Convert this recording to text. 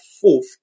fourth